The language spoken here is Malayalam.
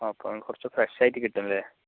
ആ അപ്പോൾ കുറച്ച് ഫ്രെഷ് ആയിട്ട് കിട്ടുമല്ലേ